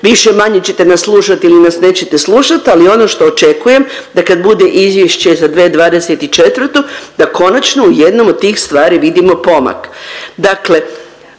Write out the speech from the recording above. više-manje ćete nas slušati ili nas nećete slušat, ali ono što očekujem da kad bude izvješće za 2024. da konačno u jednom od tih stvari vidimo pomak.